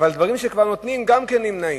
אבל דברים שכבר נותנים גם הם נמנעים,